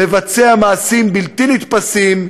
לבצע מעשים בלתי נתפסים,